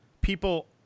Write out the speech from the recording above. People